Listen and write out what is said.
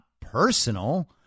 personal